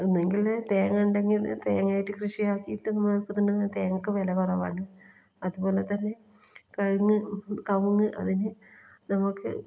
ഒന്നുകിൽ തേങ്ങ ഉണ്ടെങ്കിൽ തേങ്ങയായിട്ട് കൃഷി ആക്കീട്ടെന്നാൽ ഇപ്പം തന്നെ തേങ്ങക്ക് വില കുറവാണ് അതുപോലെ തന്നെ കവുങ്ങ് കവുങ്ങ് അതിന് നമുക്ക്